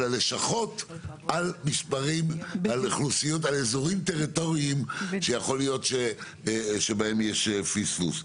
הלשכות על אזורים טריטוריאליים שיכול להיות שבהם יש פספוס.